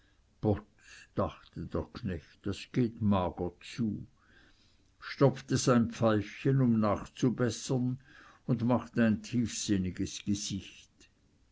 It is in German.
dachte der knecht das geht mager zu stopfte sein pfeifchen um nachzubessern und machte ein tiefsinniges gesicht